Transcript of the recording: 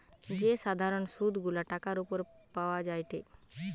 যে সাধারণ সুধ গুলা টাকার উপর পাওয়া যায়টে